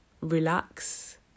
relax